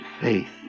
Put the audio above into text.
faith